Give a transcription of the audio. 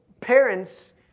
Parents